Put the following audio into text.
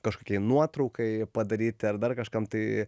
kažkokiai nuotraukai padaryti ar dar kažkam tai